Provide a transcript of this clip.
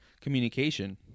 communication